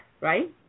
right